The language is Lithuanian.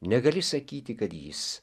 negali sakyti kad jis